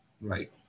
Right